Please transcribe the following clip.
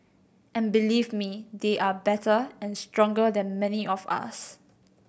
and believe me they are better and stronger than many of us